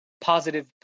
positive